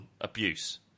abuse